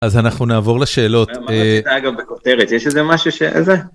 אז אנחנו נעבור לשאלות.מה רצית אגב בכותרת? יש איזה משהו שזה?